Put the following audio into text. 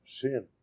sin